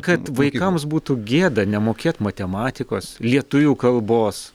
kad vaikams būtų gėda nemokėt matematikos lietuvių kalbos